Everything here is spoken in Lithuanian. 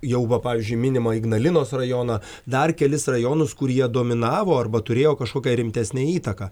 jau va pavyzdžiui minimą ignalinos rajoną dar kelis rajonus kurie dominavo arba turėjo kažkokią rimtesnę įtaką